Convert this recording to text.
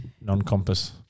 non-compass